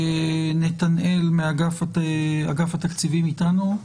נתנאל מאגף התקציבים איתנו?